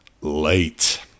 late